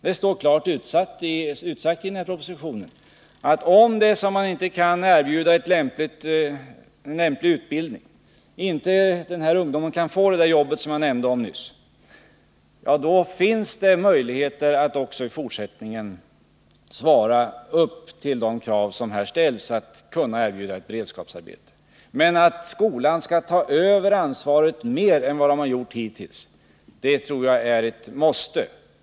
Det står klart utsagt i den proposition som behandlar de här frågorna att om man inte kan erbjuda en lämplig utbildning, om ungdomarna inte kan få de jobb jag nämnde nyss, då finns det möjligheter även i fortsättningen att motsvara de krav som ställs och erbjuda beredskapsarbete. Men att skolan skall ta över mer av ansvaret än den gjort hittills, det tror jag är ett måste.